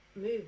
move